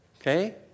okay